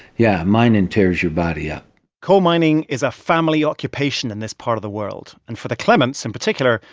yeah, mining tears your body up coal mining is a family occupation in this part of the world. and for the clements in particular,